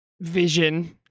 vision